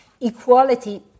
equality